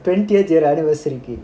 twenty age ஒரு:oru anniversary கு:ku